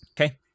okay